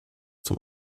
zum